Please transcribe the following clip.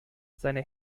seine